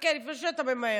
חכה, לפני שאתה ממהר.